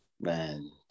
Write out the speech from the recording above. man